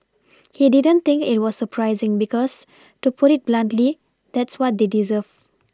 he didn't think it was surprising because to put it bluntly that's what they deserve